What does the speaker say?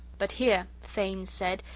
but here, thanes said,